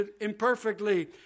imperfectly